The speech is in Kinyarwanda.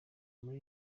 muri